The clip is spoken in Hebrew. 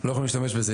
לא יכולים להשתמש בזה.